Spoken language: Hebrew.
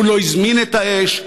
הוא לא הזמין את האש,